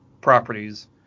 properties